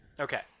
Okay